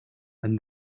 and